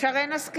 שרן מרים השכל,